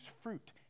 fruit